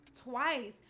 twice